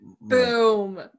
Boom